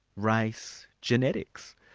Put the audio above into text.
race, genetics?